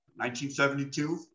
1972